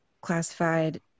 classified